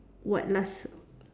what last